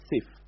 safe